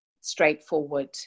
straightforward